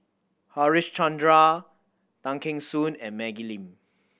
Harichandra Tay Kheng Soon and Maggie Lim